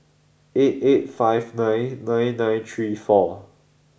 eight eight five nine nine nine three four